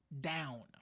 down